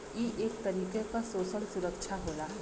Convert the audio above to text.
ई एक तरीके क सोसल सुरक्षा होला